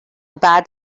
bad